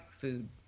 food